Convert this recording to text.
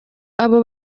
abo